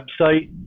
website